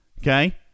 Okay